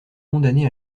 condamnée